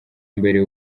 mbere